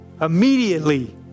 immediately